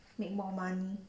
make more money